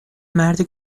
مرد